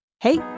Hey